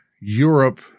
Europe